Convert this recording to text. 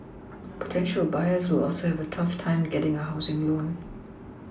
potential buyers will also have a tough time getting a housing loan